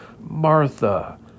Martha